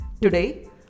Today